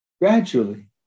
Gradually